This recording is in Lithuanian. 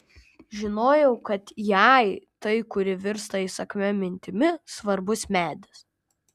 žinojau kad jai tai kuri virsta įsakmia mintimi svarbus medis